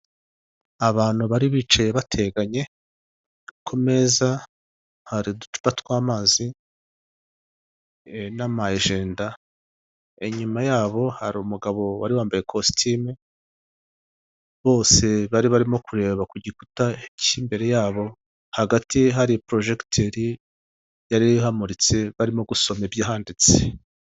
Abantu bari bicaye bateganye, ku meza hari uducupa tw'amazi n'ama ajenda, inyuma yabo hari umugabo wari wambaye kositime, bose bari barimo kureba ku gikuta cy'imbere yabo, hagati hari porojegiteri yari ihamuritse barimo gusoma ibihanditse.